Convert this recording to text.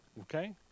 Okay